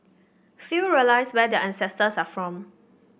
few realise where their ancestors are from